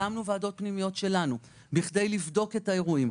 הקמנו ועדות פנימיות שלנו כדי לבדוק את האירועים.